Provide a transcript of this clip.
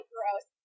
Gross